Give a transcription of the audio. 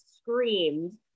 screamed